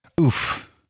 Oof